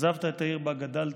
עזבת את העיר שבה גדלת